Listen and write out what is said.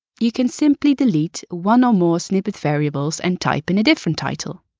you can simply delete one or more snippet variables and type in a different title,